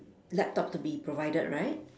laptop to be provided right